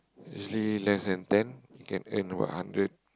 usually less than ten you can earn about hundred